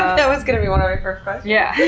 that was going to be one yeah